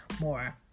more